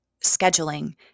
scheduling